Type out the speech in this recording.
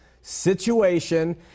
situation